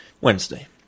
Wednesday